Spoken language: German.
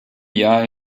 jahr